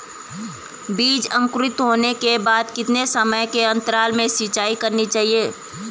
बीज अंकुरित होने के बाद कितने समय के अंतराल में सिंचाई करनी चाहिए?